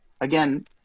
Again